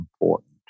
important